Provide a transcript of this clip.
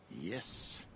Yes